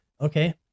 okay